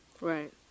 Right